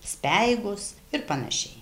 speigus ir panašiai